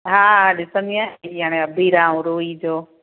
हा हा ॾिसंदी आहियां हीअ हाणे अबीर ऐं रूही जो